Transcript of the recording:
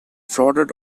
floated